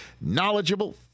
knowledgeable